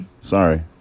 Sorry